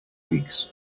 weeks